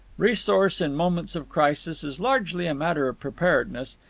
resource in moments of crisis is largely a matter of preparedness,